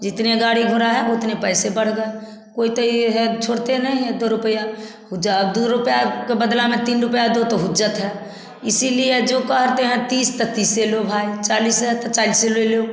जितने गाड़ी घोड़ा है उतने पैसे बढ़ गए कोई तो यह है छोड़ते नहीं है दो रुपया ओर जो अब दो रुपया के बदला में तीन रुपया दो तो हुज्जत है इसीलिए जो कहते हैं तीस तो तीसे लो भाई चालीस है तो चालीस ले लो